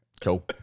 Cool